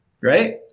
right